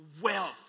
wealth